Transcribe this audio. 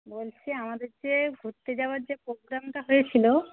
বলছি আমাদের যে ঘুরতে যাওয়ার যে পোগ্রামটা হয়েছিল